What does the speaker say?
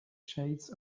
shades